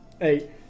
Eight